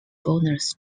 bonus